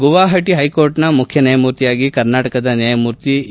ಗುವಾಹಟ ಹೈಕೋರ್ಟ್ನ ಮುಖ್ಯ ನ್ಯಾಯಮೂರ್ತಿಯಾಗಿ ಕರ್ನಾಟಕದ ನ್ಯಾಯಮೂರ್ತಿ ಎ